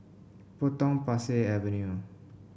Potong Pasir Avenue